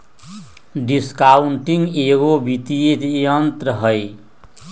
discounting एगो वित्तीय तंत्र हइ